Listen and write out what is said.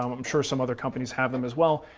i'm sure some other companies have them as well,